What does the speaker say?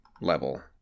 level